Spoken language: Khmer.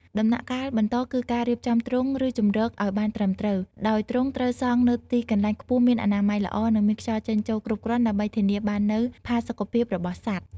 ដំណាក់កាលបន្តគឺការរៀបចំទ្រុងឬជម្រកឲ្យបានត្រឹមត្រូវ ដោយទ្រុងត្រូវសង់នៅទីកន្លែងខ្ពស់មានអនាម័យល្អនិងមានខ្យល់ចេញចូលគ្រប់គ្រាន់ដើម្បីធានាបាននូវផាសុកភាពរបស់សត្វ។